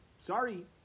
sorry